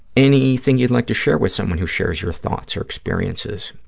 anything you'd like to share with someone who shares your thoughts or experiences?